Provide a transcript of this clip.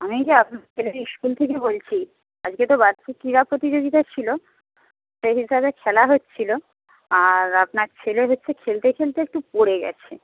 আমি আপনার ছেলের স্কুল থেকে বলছি আজকে তো বার্ষিক ক্রীড়া প্রতিযোগিতা ছিল সেই হিসাবে খেলা হচ্ছিল আর আপনার ছেলে হচ্ছে খেলতে খেলতে একটু পড়ে গেছে